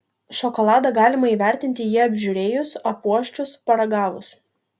šokoladą galima įvertinti jį apžiūrėjus apuosčius paragavus